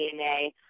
DNA